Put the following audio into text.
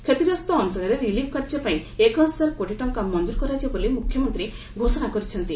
କ୍ଷତିଗ୍ରସ୍ତ ଅଞ୍ଚଳରେ ରିଲିଫ୍ କାର୍ଯ୍ୟ ପାଇଁ ଏକ ହଜାର କୋଟି ଟଙ୍କା ମଞ୍ଜୁର କରାଯିବ ବୋଲି ମୁଖ୍ୟମନ୍ତ୍ରୀ ଘୋଷଣା କରିଛନ୍ତି